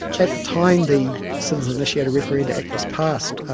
at the time the citizen initiated referenda act was passed,